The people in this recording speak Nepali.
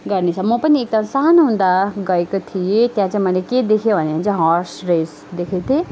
म पनि एकताल सानो हुँदा गएको थिएँ त्यहाँ चाहिँ मैले के देखेँ भन्यो भने चाहिँ हर्स रेस देखेको थिएँ